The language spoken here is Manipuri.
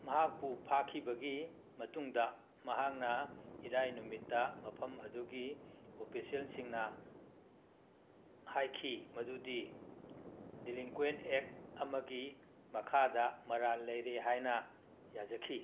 ꯃꯍꯥꯛꯄꯨ ꯐꯥꯈꯤꯕꯒꯤ ꯃꯇꯨꯡꯗ ꯃꯍꯥꯛꯅ ꯏꯔꯥꯏ ꯅꯨꯃꯤꯠꯇ ꯃꯐꯝ ꯑꯗꯨꯒꯤ ꯑꯣꯄꯤꯁꯦꯜꯁꯤꯡꯅ ꯍꯥꯏꯈꯤ ꯃꯗꯨꯗꯤ ꯗꯤꯂꯤꯟꯀ꯭ꯋꯦꯟ ꯑꯦꯛ ꯑꯃꯒꯤ ꯃꯈꯥꯗ ꯃꯔꯥꯜ ꯂꯩꯔꯦ ꯍꯥꯏꯅ ꯌꯥꯖꯈꯤ